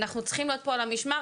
אנחנו צריכים להיות פה על המשמר,